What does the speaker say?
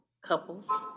couples